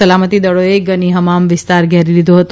સલામતી દળોએ ગની હમામ વિસ્તાર ઘેરી લીધો હતો